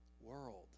world